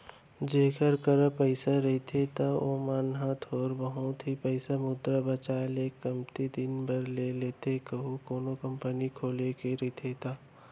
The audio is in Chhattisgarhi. जेखर करा पइसा रहिथे त ओमन ह थोर बहुत ही पइसा मुद्रा बजार ले कमती दिन बर ले लेथे कहूं कोनो कंपनी खोले के रहिथे ता